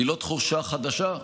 היא לא תחושה חדשה,